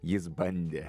jis bandė